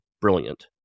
brilliant